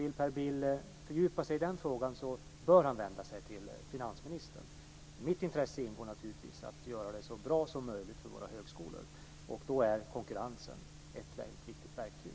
Om Per Bill vill fördjupa sig i den frågan bör han vända sig till finansministern. I mitt intresse ingår naturligtvis att göra det så bra som möjligt för våra högskolor. Då är just konkurrensen ett väldigt viktigt verktyg.